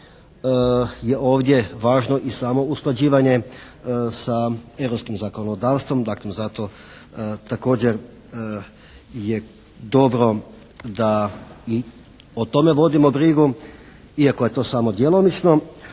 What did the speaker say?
je ovdje važno i samo usklađivanje sa europskim zakonodavstvom. Dakle zato također je dobro da i o tome vodimo brigu iako je to samo djelomično,